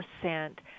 percent